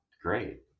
great